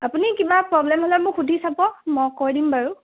আপুনি কিবা প্ৰব্লেম হ'লে মোক সুধি চাব মই কৈ দিম বাৰু